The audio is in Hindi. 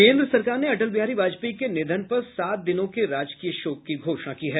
केन्द्र सरकार ने अटल बिहारी वाजपेयी के निधन पर सात दिनों के राजकीय शोक की घोषणा की है